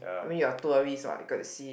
I mean you are tourist what you got to see